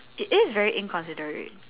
it is very inconsiderate